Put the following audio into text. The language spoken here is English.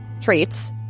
traits